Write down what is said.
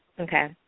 okay